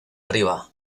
arriba